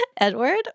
Edward